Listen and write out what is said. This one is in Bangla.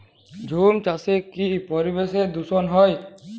ঝুম চাষে কি পরিবেশ দূষন হয়?